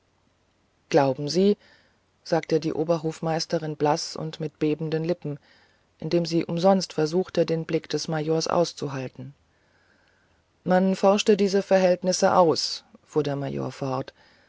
glauben sie sagte die oberhofmeisterin blaß und mit bebenden lippen indem sie umsonst versuchte den blick des majors auszuhalten man forschte diese verhältnisse aus fuhr der major fort